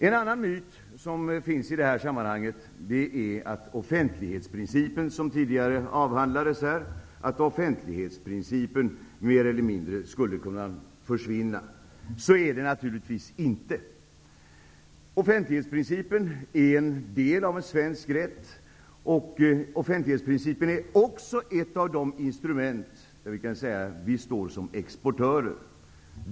En annan myt som finns i detta sammanhang är att offentlighetsprincipen, som tidigare avhandlades här, mer eller mindre skulle kunna försvinna. Så är det naturligtvis inte. Offentlighetsprincipen är en del av svensk rätt, och den är också ett av de instrument där vi står som exportörer.